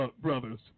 brothers